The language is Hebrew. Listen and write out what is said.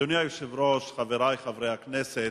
אדוני היושב-ראש, חברי הכנסת,